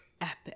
epic